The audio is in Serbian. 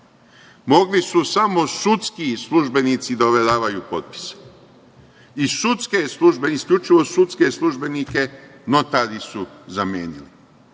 Mogli su samo sudski službenici da overavaju potpise i sudske službe, isključivo sudske službenike notari su zamenili. Hajde